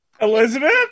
Elizabeth